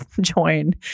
join